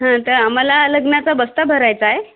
हां तर आम्हाला लग्नाचा बस्ता भरायचा आहे